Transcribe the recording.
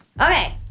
Okay